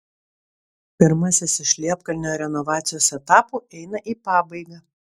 pirmasis iš liepkalnio renovacijos etapų eina į pabaigą